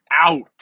out